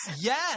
Yes